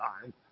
time